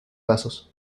pasos